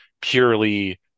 purely